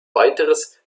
weiteres